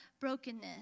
brokenness